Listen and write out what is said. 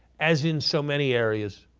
as in so many areas,